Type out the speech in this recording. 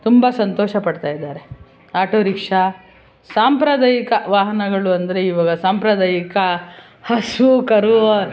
ತುಂಬ ಸಂತೋಷ ಪಡ್ತಾಯಿದ್ದಾರೆ ಆಟೋ ರಿಕ್ಷಾ ಸಾಂಪ್ರದಾಯಿಕ ವಾಹನಗಳು ಅಂದರೆ ಈವಾಗ ಸಾಂಪ್ರದಾಯಿಕ ಹಸು ಕರು